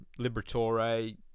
Liberatore